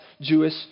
Jewish